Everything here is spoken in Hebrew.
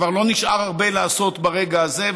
כבר לא נשאר הרבה לעשות ברגע הזה,